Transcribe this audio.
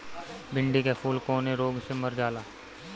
भिन्डी के फूल कौने रोग से मर जाला?